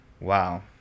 Wow